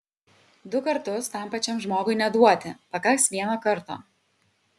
du kartus tam pačiam žmogui neduoti pakaks vieno karto